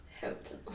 helped